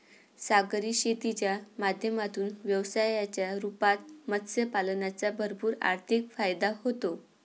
सागरी शेतीच्या माध्यमातून व्यवसायाच्या रूपात मत्स्य पालनाचा भरपूर आर्थिक फायदा होतो